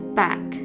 back